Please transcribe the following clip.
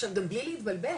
עכשיו גם בלי להתבלבל,